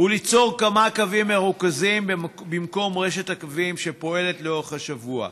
וליצור כמה קווים מרוכזים במקום רשת הקווים שפועלת לאורך השבוע.